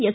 S